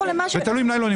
זה עם ניילונים.